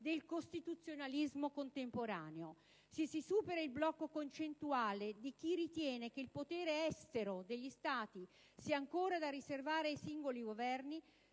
del costituzionalismo contemporaneo. Se si supera il blocco concettuale di chi ritiene che il potere estero degli Stati sia ancora da riservare ai singoli Governi,